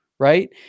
Right